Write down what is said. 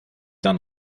nicht